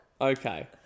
Okay